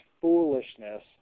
foolishness